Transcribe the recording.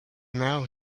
now